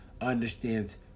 understands